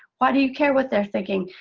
why do you care what they're thinking?